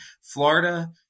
Florida